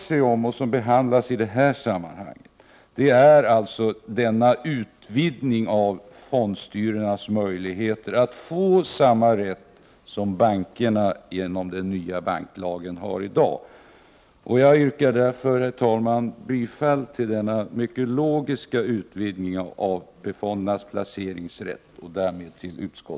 Vad som behandlas i detta sammanhang är denna utvidgning av fondstyrelsernas möjligheter att få samma rätt som bankerna i dag har genom den nya banklagen. Jag yrkar därför, herr talman, bifall till utskottets hemställan som innebär en mycket logisk utvidgning av AP-fondernas placeringsrätt.